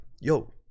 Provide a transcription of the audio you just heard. Yo